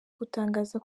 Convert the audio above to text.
gutangaza